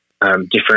different